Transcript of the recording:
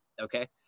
okay